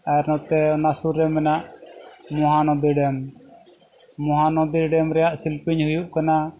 ᱟᱨ ᱱᱚᱛᱮ ᱚᱱᱟ ᱥᱩᱨ ᱨᱮ ᱢᱮᱱᱟᱜ ᱢᱚᱦᱟᱱᱚᱫᱤ ᱰᱮᱢ ᱢᱚᱦᱟᱱᱚᱫᱤ ᱰᱮᱢ ᱨᱮᱱᱟᱜ ᱥᱤᱞᱯᱤᱧ ᱦᱩᱭᱩᱜ ᱠᱟᱱᱟ